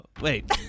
wait